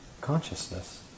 consciousness